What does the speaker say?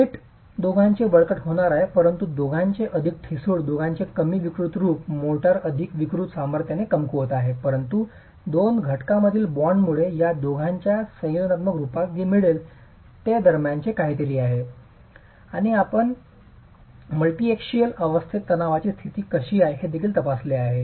unit दोघांचे बळकट होणार आहे परंतु दोघांचे अधिक ठिसूळ दोघांचे कमी विकृत रूप मोर्टार अधिक विकृत सामर्थ्याने कमकुवत आहे परंतु दोन घटकांमधील बॉन्डमुळे या दोघांच्या संयोजनाच्या रूपात जे मिळते ते दरम्यानचे काहीतरी आहे आणि आपण मल्टीएक्सियल अवस्थेत तणावाची स्थिती कशी आहे हे देखील तपासले आहे